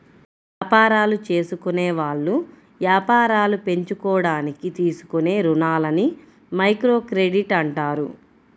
యాపారాలు జేసుకునేవాళ్ళు యాపారాలు పెంచుకోడానికి తీసుకునే రుణాలని మైక్రోక్రెడిట్ అంటారు